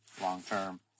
long-term